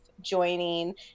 joining